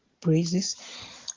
praises